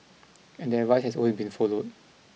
and that advice has always been followed